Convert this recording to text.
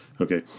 Okay